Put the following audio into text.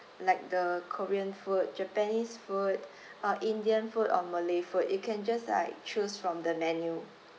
like the korean food japanese food uh indian food or malay food you can just like choose from the menu